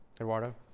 Eduardo